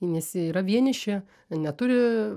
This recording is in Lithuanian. nes jie yra vieniši neturi